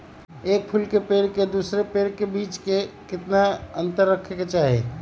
एक फुल के पेड़ के दूसरे पेड़ के बीज केतना अंतर रखके चाहि?